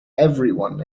everyone